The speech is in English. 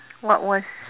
what was